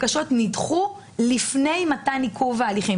בקשות נדחו לפני מתן עיכוב ההליכים.